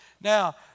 Now